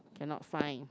cannot find